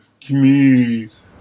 communities